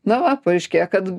na va paaiškėjo kad